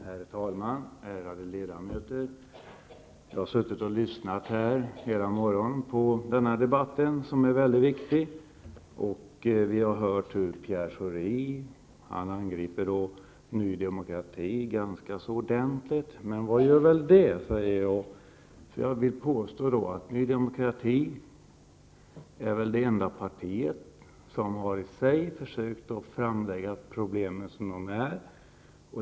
Herr talman, ärade ledamöter! Jag har suttit och lyssnat hela morgonen på denna debatt, som är väldigt viktig. Vi har hört hur Pierre Schori angriper Ny Demokrati ganska ordentligt. Men vad gör väl det? säger jag. Jag vill påstå att Ny Demokrati är det enda parti som har försökt att lägga fram problemen som de är.